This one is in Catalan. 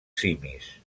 simis